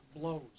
blows